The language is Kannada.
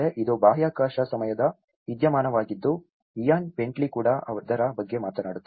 ಇದು ಬಾಹ್ಯಾಕಾಶ ಸಮಯದ ವಿದ್ಯಮಾನವಾಗಿದ್ದು ಇಯಾನ್ ಬೆಂಟ್ಲಿ ಕೂಡ ಅದರ ಬಗ್ಗೆ ಮಾತನಾಡುತ್ತಾರೆ